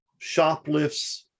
shoplifts